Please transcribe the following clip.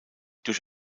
durch